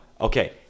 Okay